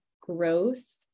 growth